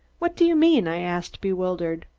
what do you mean? i asked, bewildered.